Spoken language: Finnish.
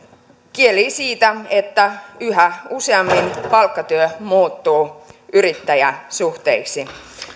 kielii siitä että yhä useammin palkkatyö muuttuu yrittäjäsuhteeksi